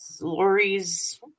Lori's